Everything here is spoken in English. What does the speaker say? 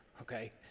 okay